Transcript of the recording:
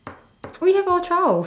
we have all twelve